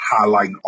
highlighting